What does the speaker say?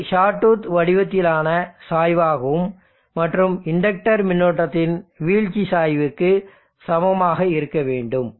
இது ஷாட்டூத் வடிவத்திலான சாய்வாகவும் மற்றும் இண்டக்டர் மின்னோட்டத்தின் வீழ்ச்சி சாய்வுக்கு சமமாக இருக்க வேண்டும்